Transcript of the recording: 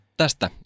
tästä